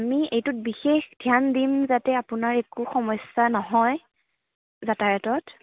আমি এইটোত বিশেষ ধ্যান দিম যাতে আপোনাৰ একো সমস্যা নহয় যাতায়তত